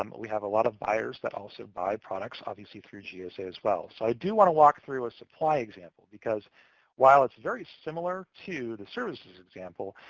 um we have a lot of buyers that also buy products, obviously, through gsa, as as well. i do want to walk through a supply example, because while it's very similar to the services example,